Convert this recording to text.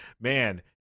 man